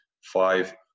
five